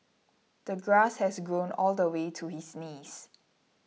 the grass has grown all the way to his knees